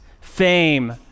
fame